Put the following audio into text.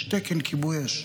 יש תקן כיבוי אש.